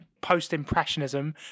post-impressionism